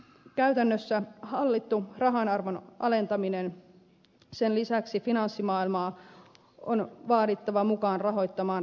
käytännössä kyseessä on hallittu rahanarvon alentaminen sen lisäksi finanssimaailmaa on vaadittava mukaan rahoittamaan rahamarkkinoiden vakautta